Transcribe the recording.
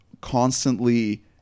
constantly